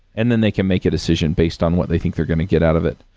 and then they can make a decision based on what they think they're going to get out of it.